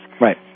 Right